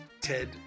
Ted